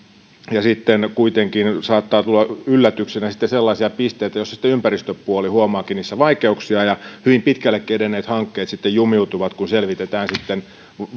ja sitten kuitenkin saattaa tulla yllätyksenä sellaisia pisteitä joissa ympäristöpuoli huomaakin niissä vaikeuksia ja hyvin pitkällekin edenneet hankkeet sitten jumiutuvat kun selvitetään